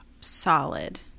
solid